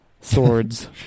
Swords